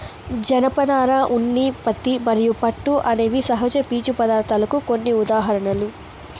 జనపనార, ఉన్ని, పత్తి మరియు పట్టు అనేవి సహజ పీచు పదార్ధాలకు కొన్ని ఉదాహరణలు